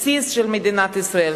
הבסיס של מדינת ישראל.